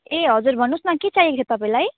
ए हजुर भन्नुहोस् न के चाहिएको थियो तपाईँलाई